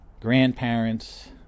grandparents